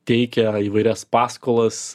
teikia įvairias paskolas